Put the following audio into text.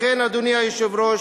לכן, אדוני היושב-ראש,